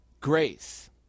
Grace